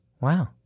Wow